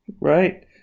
Right